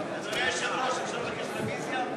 היושב-ראש, אפשר לבקש רוויזיה?